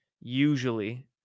usually